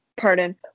pardon